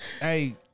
Hey